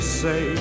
say